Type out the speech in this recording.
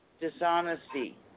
dishonesty